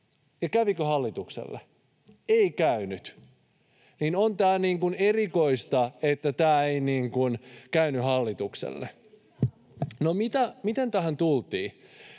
Kävikö hallitukselle? Ei käynyt. On tämä erikoista, että tämä ei käynyt hallitukselle. [Mia Laiho: